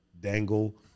dangle